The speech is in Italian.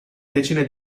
decine